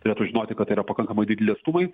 turėtų žinoti kad tai yra pakankamai dideli atstumai